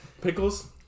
Pickles